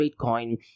bitcoin